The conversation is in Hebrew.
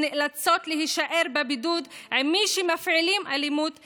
שנאלצות להישאר בבידוד עם מי שמפעילים אלימות כלפיהן,